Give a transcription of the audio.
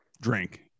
drink